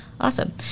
Awesome